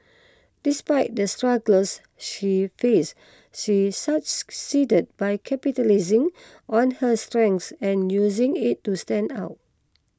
despite the struggles she faced she succeeded by capitalising on her strengths and using it to stand out